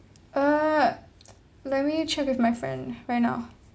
err let me check with my friend right now